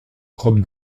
robe